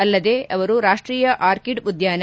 ಅಲ್ಲದೇ ಅವರು ರಾಷ್ಷೀಯ ಆರ್ಕಿಡ್ ಉದ್ಲಾನ